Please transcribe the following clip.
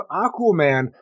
Aquaman